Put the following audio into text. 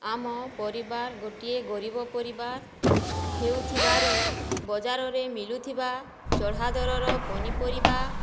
ଆମ ପରିବାର ଗୋଟିଏ ଗରିବ ପରିବାର ହେଉଥିବାରୁ ବଜାରରେ ମିଳୁଥିବା ଚଢ଼ା ଦରର ପନିପରିବା